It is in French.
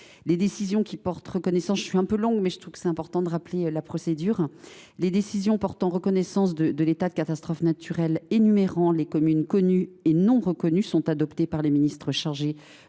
Les décisions portant reconnaissance de l’état de catastrophe naturelle, énumérant les communes reconnues et non reconnues, sont prises conjointement par le ministre chargé